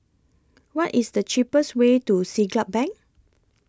What IS The cheapest Way to Siglap Bank